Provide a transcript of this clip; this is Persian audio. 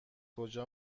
کجا